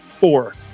Four